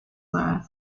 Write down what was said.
bar